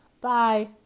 Bye